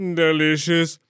delicious